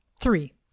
three